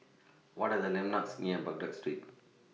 What Are The landmarks near Baghdad Street